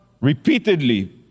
repeatedly